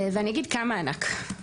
ואני אגיד כמה ענק.